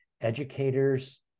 educators